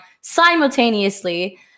simultaneously